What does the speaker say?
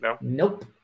Nope